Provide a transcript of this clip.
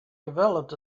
developed